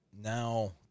Now